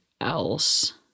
else